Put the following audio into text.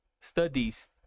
studies